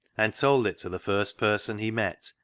and told it to the first person he met,